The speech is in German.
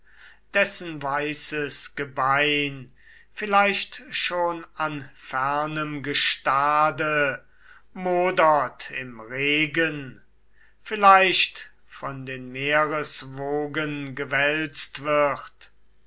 dessen weißes gebein vielleicht schon an fernem gestade modert im regen vielleicht von den meereswogen gewälzt wird